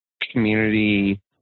community